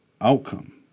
outcome